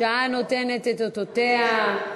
השעה נותנת את אותותיה.